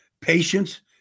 patience